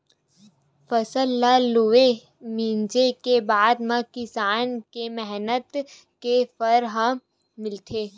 फसल ल लूए, मिंजे के बादे म किसान के मेहनत के फर ह मिलथे